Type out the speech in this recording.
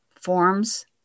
forms